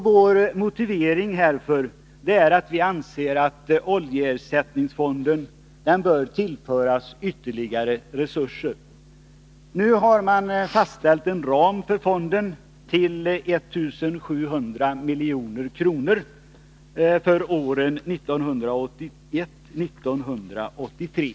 Vår motivering härför är att vi anser att oljeersättningsfonden bör tillföras ytterligare resurser. Nu har man fastställt en ram för fonden till 1700 milj.kr. för åren 1981-1983.